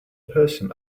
person